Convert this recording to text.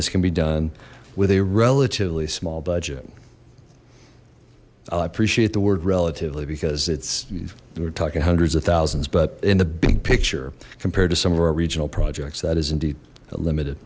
this can be done with a relatively small budget i appreciate the word relatively because it's we were talking hundreds of thousands but in the big picture compared to some of our regional projects that is indeed limited